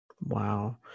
Wow